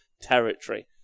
territory